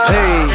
Hey